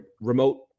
remote